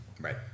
Right